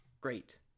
great